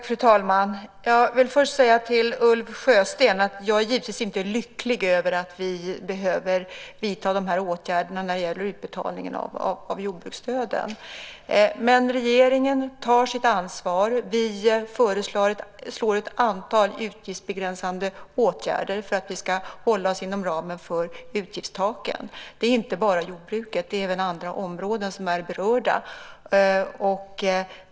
Fru talman! Jag vill först säga till Ulf Sjösten att jag givetvis inte är lycklig över att vi behöver vidta de här åtgärderna när det gäller utbetalningen av jordbruksstöden. Men regeringen tar sitt ansvar. Vi föreslår ett antal utgiftsbegränsande åtgärder för att vi ska hålla oss inom ramen för utgiftstaken. Det gäller inte bara jordbruket. Det är även andra områden som är berörda.